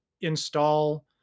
install